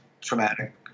traumatic